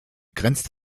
grenzt